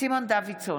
סימון דוידסון,